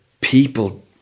people